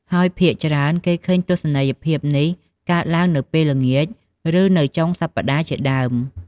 ហើយភាគច្រើន គេឃ់ើញទស្សនីយភាពនេះកើតឡើងនៅពេលល្ងាច ឬ នៅចុងសប្ដាហ៍ជាដើម។